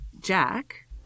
Jack